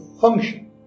function